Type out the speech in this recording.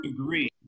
agree